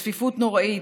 בצפיפות נוראית,